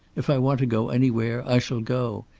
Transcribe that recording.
if i want to go anywhere, i shall go.